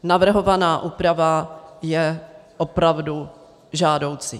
Navrhovaná úprava je opravdu žádoucí.